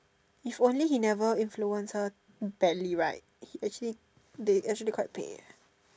if only he never influence her badly right actually they actually quite 配 eh